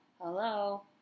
hello